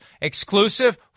Exclusive